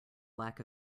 lack